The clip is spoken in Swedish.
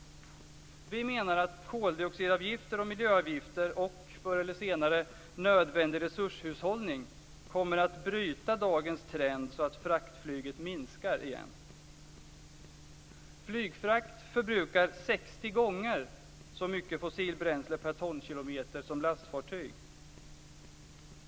Vi menar att koldioxidavgifter och miljöavgifter och förr eller senare nödvändig resurshushållning kommer att bryta dagens trend så att fraktflyget minskar igen. Flygfrakt förbrukar 60 gånger så mycket fossilbränsle per tonkilometer som lastfartyg.